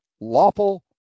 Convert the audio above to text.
lawful